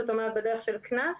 זאת אומרת בדרך של קנס.